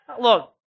Look